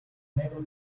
negro